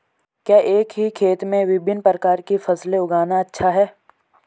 क्या एक ही खेत में विभिन्न प्रकार की फसलें उगाना अच्छा है?